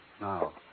now